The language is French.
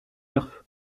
herth